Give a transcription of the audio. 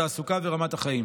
תעסוקה ורמת החיים.